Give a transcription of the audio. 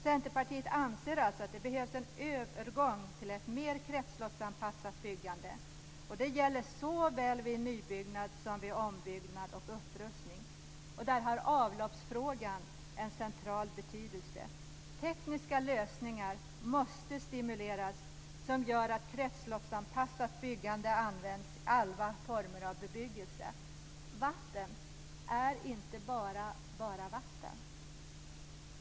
Centerpartiet anser alltså att det behövs en övergång till ett mer kretsloppsanpassat byggande. Det gäller såväl vid nybyggnad som vid ombyggnad och upprustning. I det avseendet har avloppsfrågan en central betydelse. Tekniska lösningar måste stimuleras som gör att kretsloppsanpassat byggande tillämpas i alla former av bebyggelse. Vatten är inte bara "bara vatten".